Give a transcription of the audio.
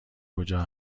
کجا